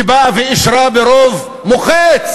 שבאה ואישרה ברוב מוחץ,